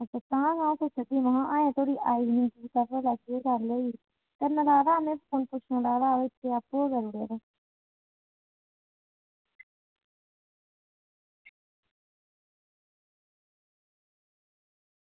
ते तां गै अस सोचा ने आं कि अजें धोड़ी आई निं कुड़ी कोलै दी करने सोचै दा हा में फोन करने ई सोचै दा हा इन्ने चिर च आपूं गै करी ओड़ेओ तोह्